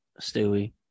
Stewie